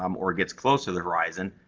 um or gets close to the horizon,